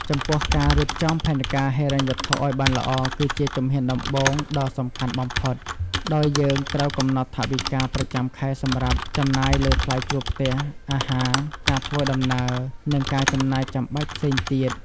ចំពោះ ការរៀបចំផែនការហិរញ្ញវត្ថុឲ្យបានល្អ គឺជាជំហានដំបូងដ៏សំខាន់បំផុត ដោយយើងត្រូវកំណត់ថវិកាប្រចាំខែសម្រាប់ចំណាយលើថ្លៃជួលផ្ទះ អាហារ ការធ្វើដំណើរ និងការចំណាយចាំបាច់ផ្សេងទៀត។